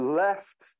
left